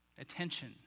Attention